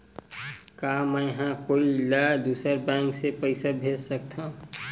का मेंहा कोई ला दूसर बैंक से पैसा भेज सकथव?